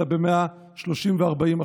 אלא ב-130% ו-140%,